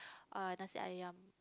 err nasi-Ayam